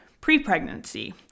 pre-pregnancy